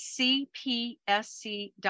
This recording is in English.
cpsc.gov